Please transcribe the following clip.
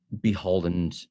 beholden